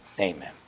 Amen